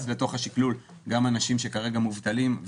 לתוך השקלול גם אנשים שכרגע מובטלים,